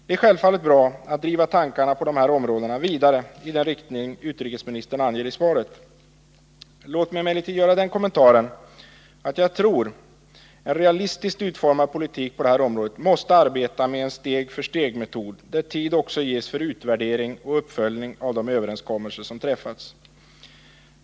Det är självfallet bra att driva tankarna på dessa områden vidare i den riktning utrikesministern anger i svaret. Låt mig emellertid göra den kommentaren att jag tror att en realistiskt utformad politik på detta område måste arbeta med en steg-för-steg-metod, där tid också ges för utvärdering och uppföljning av de överenskommelser som träffats.